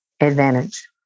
advantage